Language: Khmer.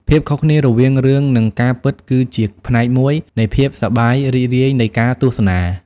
ភាពខុសគ្នារវាងរឿងនិងការពិតគឺជាផ្នែកមួយនៃភាពសប្បាយរីករាយនៃការទស្សនា។